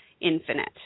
infinite